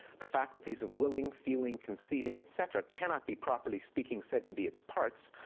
the faculties of willing, feeling, conceiving, et cetera, cannot be properly speaking said to be its parts,